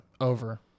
over